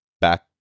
back